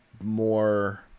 more